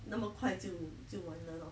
那么快就就完了 lor